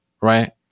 right